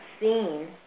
seen